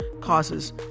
causes